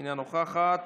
אינה נוכחת,